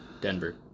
Denver